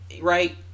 right